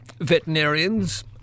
veterinarians